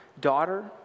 Daughter